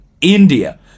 India